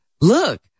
look